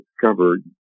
discovered